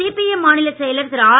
CPM மாநிலச் செயலர் திரு ஆர்